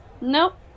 Nope